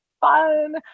fun